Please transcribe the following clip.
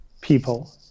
people